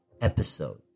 episode